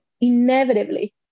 Inevitably